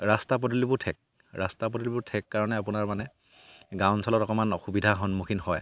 ৰাস্তা পদূলিবোৰ ঠেক ৰাস্তা পদূলিবোৰ ঠেক কাৰণে আপোনাৰ মানে গাঁও অঞ্চলত অকমান অসুবিধাৰ সন্মুখীন হয়